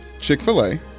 Chick-fil-A